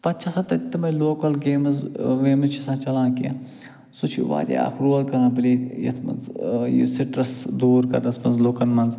پتہٕ چھِ آسان تَتہِ تِمٕے لوکَل گیمٕز ویمٕز چھِ آسان چلان کیٚنہہ سُہ چھِ واریاہ اَکھ رول کران پٕلٕے یَتھ منٛز یہِ سِٹرَس دوٗر کرنَس منٛز لُکَن منٛز